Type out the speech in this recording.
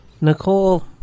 Nicole